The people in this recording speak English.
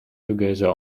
together